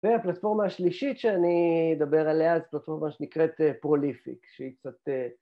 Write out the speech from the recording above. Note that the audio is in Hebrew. והפלטפורמה השלישית שאני אדבר עליה זאת פלטפורמה שנקראת פרוליפיק שהיא קצת